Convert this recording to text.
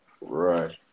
right